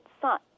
Son